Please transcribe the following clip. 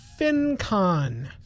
FinCon